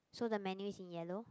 so the menu is in yellow